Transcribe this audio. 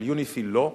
על יוניפי"ל לא.